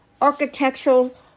architectural